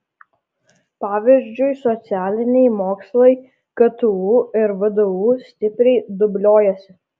pavyzdžiui socialiniai mokslai ktu ir vdu stipriai dubliuojasi